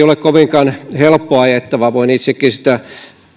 ole kovinkaan helppo ajettava voin itsekin sen